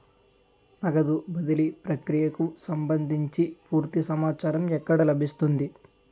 నగదు బదిలీ ప్రక్రియకు సంభందించి పూర్తి సమాచారం ఎక్కడ లభిస్తుంది?